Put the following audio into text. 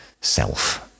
self